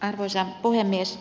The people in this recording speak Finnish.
arvoisa puhemies